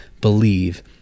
believe